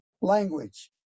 language